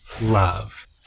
love